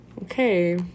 okay